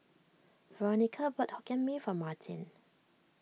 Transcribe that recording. Veronica bought Hokkien Mee for Martin